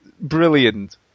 brilliant